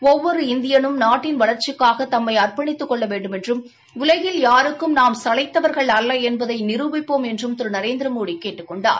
ஒவ்வொரு இந்தியலும் நாட்டின் வளா்ச்சிக்காக தம்மை அர்ப்பணித்துக் கொள்ள வேண்டுமென்றும் உலகில் யாருக்கும் நாம் சளைத்தவர்கள் அல்ல என்பதை நிரூபிப்போம் என்றும் திரு நரேந்திரமோடி கேட்டுக் கொண்டார்